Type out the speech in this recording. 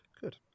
Good